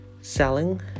selling